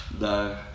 No